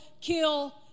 kill